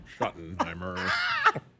Schottenheimer